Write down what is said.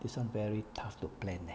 this [one] very tough to plan leh